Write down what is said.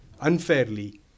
unfairly